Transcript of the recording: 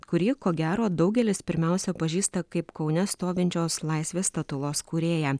kurį ko gero daugelis pirmiausia pažįsta kaip kaune stovinčios laisvės statulos kūrėją